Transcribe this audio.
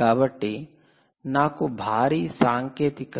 కాబట్టి నాకు భారీ సాంకేతిక